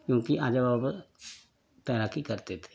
क्योंकि आजा बाबा तैराकी करते थे